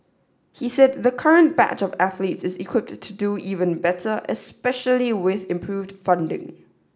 he said the current batch of athletes is equipped to do even better especially with improved funding